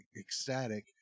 ecstatic